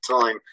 time